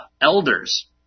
elders